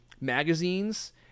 magazines